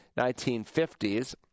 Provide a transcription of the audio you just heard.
1950s